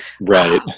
Right